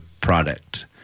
product